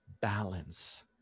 balance